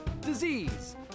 disease